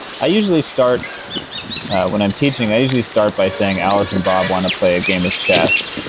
i usually start when i'm teaching, i usually start by saying alice and bob want to play a game of chess.